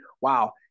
wow